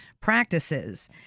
practices